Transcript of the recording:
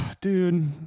dude